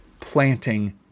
planting